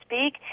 speak